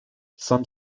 some